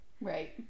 right